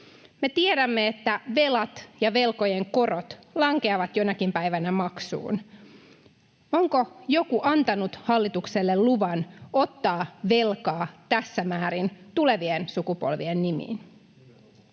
Me tiedämme, että velat ja velkojen korot lankeavat jonakin päivänä maksuun. Onko joku antanut hallitukselle luvan ottaa velkaa tässä määrin tulevien sukupolvien nimiin?